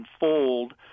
unfold